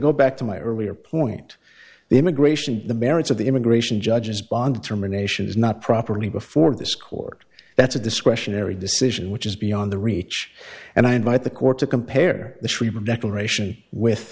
go back to my earlier point the immigration the merits of the immigration judges bond termination is not properly before this court that's a discretionary decision which is beyond the reach and i invite the court to compare the treatment declaration with